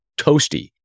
toasty